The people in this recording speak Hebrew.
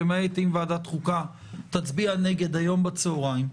למעט אם ועדת החוקה תצביע נגד היום בצוהריים,